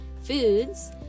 foods